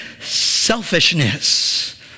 selfishness